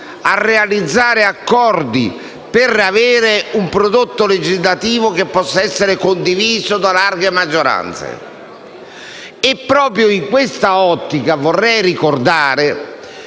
di realizzare accordi per avere un prodotto legislativo che possa essere condiviso da larghe maggioranze. Proprio in questa ottica, vorrei ricordare